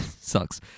Sucks